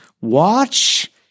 watch